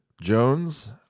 Jones